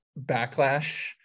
backlash